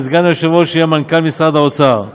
וסגן היושב-ראש יהיה מנכ"ל משרד האוצר.